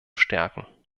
stärken